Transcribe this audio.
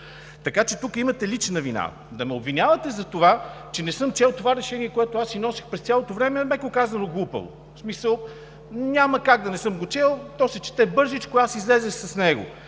така че тук имате лична вина. Да ме обвинявате за това, че не съм чел това решение, което аз си носех през цялото време, е, меко казано, глупаво. В смисъл, няма как да не съм го чел. То се чете бързичко. Аз излязох с него.